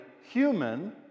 human